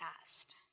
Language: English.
asked